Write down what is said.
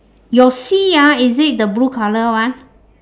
your sea ah is it the blue colour one